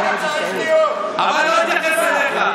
אבל לא אתייחס אליך.